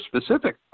specific